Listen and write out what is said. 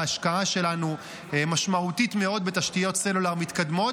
ההשקעה שלנו משמעותית מאוד בתשתיות סלולר מתקדמות,